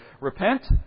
Repent